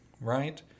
right